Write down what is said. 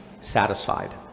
satisfied